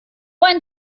ein